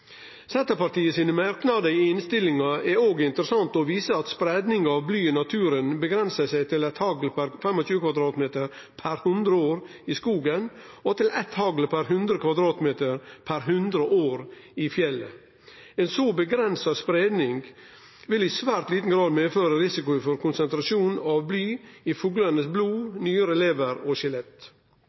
Senterpartiet sin merknad i innstillinga er interessant og viser til at spreiing av bly i naturen avgrensar seg til eitt hagl per 25 m2 per hundre år i skogen og eitt hagl per 100 m2 per hundre år i fjellet. Ei så avgrensa spreiing vil i svært liten grad medføre risiko for konsentrasjon av bly i blodet, nyrene, levra og